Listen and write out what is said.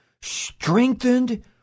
strengthened